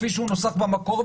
כפי שהוא נוסח במקור,